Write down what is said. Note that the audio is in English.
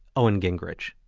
owen gingerich.